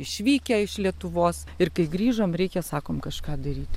išvykę iš lietuvos ir kai grįžom reikia sakom kažką daryti